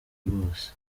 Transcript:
bwose